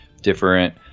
different